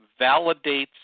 validates